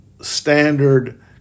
standard